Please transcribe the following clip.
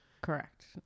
Correct